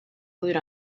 glued